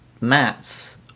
mats